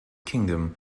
kingdom